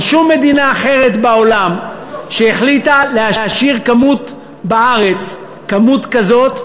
אין שום מדינה אחרת בעולם שהחליטה להשאיר בארצה כמות כזאת,